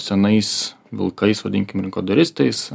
senais vilkais vadinkim rinkodaristais